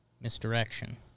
Misdirection